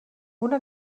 una